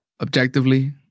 objectively